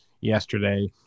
yesterday